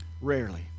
Rarely